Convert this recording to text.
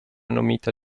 nomita